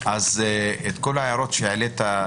את כל ההערות שהעלית,